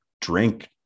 drink